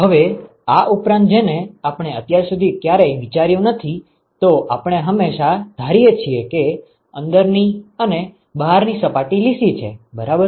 હવે આ ઉપરાંત જેને આપણે અત્યાર સુધી ક્યારેય વિચાર્યું નથી તો આપણે હંમેશાં ધારીએ છીએ કે અંદરની અને બહારની સપાટી લીસી છે બરાબર